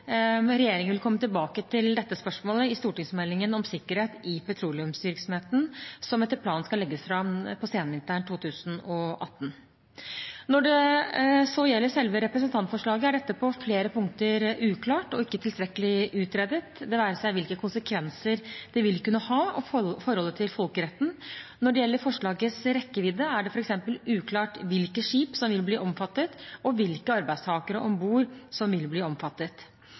Regjeringen vil komme tilbake til dette spørsmålet i stortingsmeldingen om sikkerhet i petroleumsvirksomheten, som etter planen skal legges fram på senvinteren 2018. Når det så gjelder selve representantforslaget, er dette på flere punkter uklart og ikke tilstrekkelig utredet, det være seg hvilke konsekvenser det vil kunne ha og forholdet til folkeretten. Når det gjelder forslagets rekkevidde, er det f.eks. uklart hvilke skip som vil bli omfattet, og hvilke arbeidstakere om bord som vil bli omfattet.